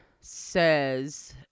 says